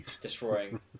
destroying